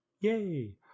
Yay